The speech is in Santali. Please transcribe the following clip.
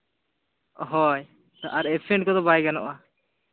ᱦᱳᱭ ᱟᱨ ᱮᱯᱥᱮᱱᱴ ᱠᱚᱫᱚ ᱵᱟᱭ ᱜᱟᱱᱚᱜᱼᱟ